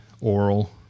Oral